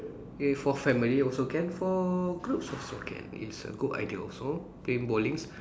eh for family also can for groups also can it's a good idea also playing bowlings